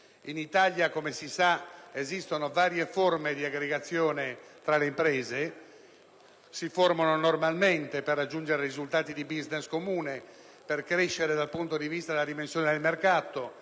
In Italia, come si sa, esistono varie forme di aggregazione tra le imprese. Si formano normalmente per raggiungere risultati di *business* comune, per crescere dal punto di vista della dimensione del mercato,